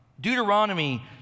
Deuteronomy